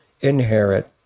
inherit